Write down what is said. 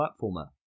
platformer